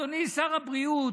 אדוני שר הבריאות,